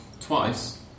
twice